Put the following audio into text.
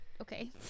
Okay